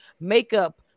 makeup